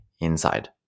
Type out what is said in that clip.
inside